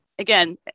Again